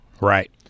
Right